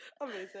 amazing